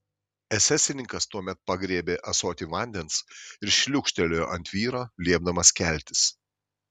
esesininkas tuomet pagriebė ąsotį vandens ir šliūkštelėjo ant vyro liepdamas keltis